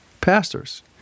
pastors